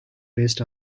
based